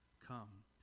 Come